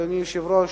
אדוני היושב-ראש,